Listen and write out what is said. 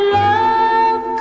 love